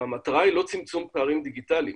המטרה היא לא צמצום פערים דיגיטליים,